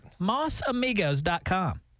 Mossamigos.com